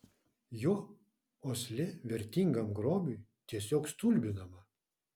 jo uoslė vertingam grobiui tiesiog stulbinama